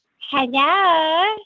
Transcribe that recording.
Hello